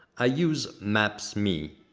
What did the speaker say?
i use maps me,